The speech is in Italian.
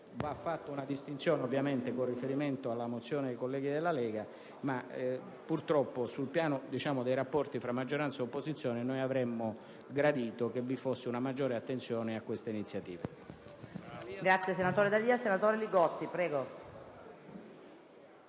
Va fatta una distinzione con riferimento alla mozione dei colleghi della Lega, ma purtroppo sul piano dei rapporti fra maggioranza e opposizione avremmo gradito che vi fosse una maggiore attenzione a queste iniziative.